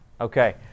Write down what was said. Okay